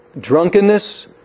drunkenness